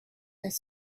where